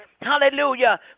hallelujah